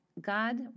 God